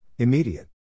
Immediate